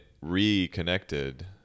reconnected